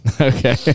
Okay